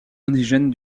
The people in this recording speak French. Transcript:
indigène